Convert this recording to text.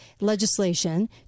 legislation